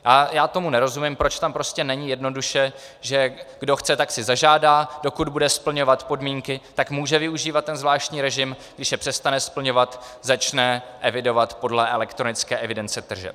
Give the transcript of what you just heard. A já tomu nerozumím, proč tam prostě není jednoduše, že kdo chce, tak si zažádá, dokud bude splňovat podmínky, tak může využívat ten zvláštní režim, když je přestane splňovat, začne evidovat podle elektronické evidence tržeb.